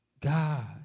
God